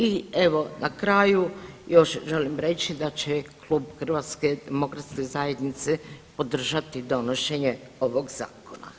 I evo na kraju još želim reći da će Klub Hrvatske demokratske zajednice podržati donošenje ovoga Zakona.